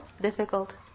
difficult